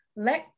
Let